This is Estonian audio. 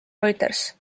reuters